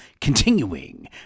Continuing